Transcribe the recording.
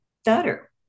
stutter